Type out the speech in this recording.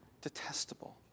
detestable